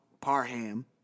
Parham